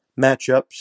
matchups